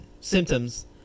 symptoms